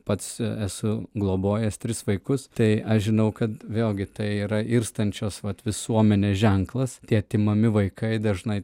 pats esu globojęs tris vaikus tai aš žinau kad vėlgi tai yra irstančios vat visuomenės ženklas tie atimami vaikai dažnai